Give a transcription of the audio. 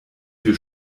viel